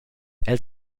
els